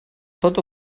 tota